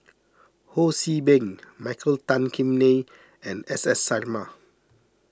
Ho See Beng Michael Tan Kim Nei and S S Sarma